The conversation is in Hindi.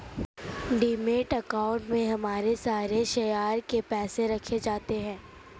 डिमैट अकाउंट में हमारे सारे शेयर के पैसे रखे जाते हैं